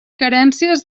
carències